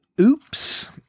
Oops